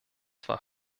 zwar